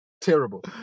terrible